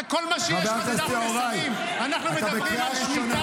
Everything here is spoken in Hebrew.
כל מה שיש לך --- אנחנו מדברים על --- חברים